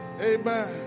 Amen